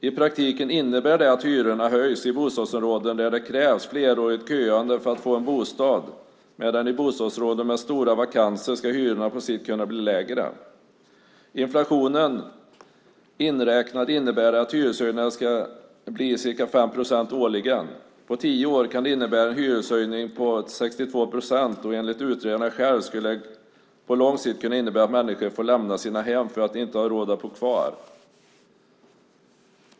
I praktiken innebär det att hyrorna höjs i bostadsområden där det krävs flerårigt köande för att få en bostad medan hyrorna i bostadsområden med stora vakanser på sikt ska kunna bli lägre. Inflationen inräknad innebär det att hyreshöjningarna ska bli ca 5 procent årligen. På tio år kan det innebära en hyreshöjning på 62 procent, och enligt utredaren skulle det på lång sikt kunna innebära att människor får lämna sina hem för att de inte har råd att bo kvar.